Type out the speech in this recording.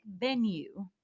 venue